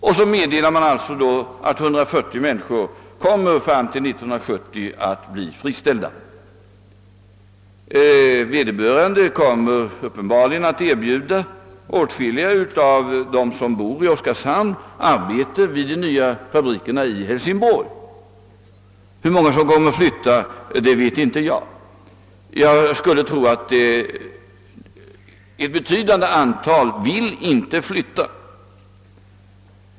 Företaget meddelade alltså att 140 personer skulle bli friställda fram till år 1970. Bolaget skulle uppenbarligen erbjuda åtskilliga av de anställda i Oskarshamn arbete i de nya fabrikerna i Hälsingborg. Hur många som ommer att flytta vet jag inte, men jag skulle tro att ett betydande antal inte vill göra det.